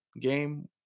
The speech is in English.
game